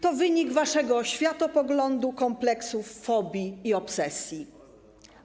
To wynik waszego światopoglądu, kompleksów, fobii i obsesji.